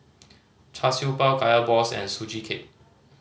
Char Siew Bao Kaya balls and Sugee Cake